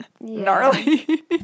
Gnarly